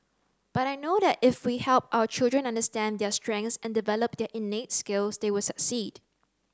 but I know that if we help our children understand their strengths and develop their innate skills they will succeed